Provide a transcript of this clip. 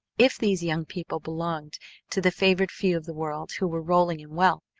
if these young people belonged to the favored few of the world who were rolling in wealth,